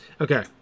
Okay